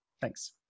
thanks